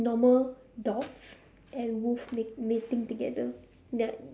normal dogs and wolf mate mating together